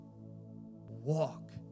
walk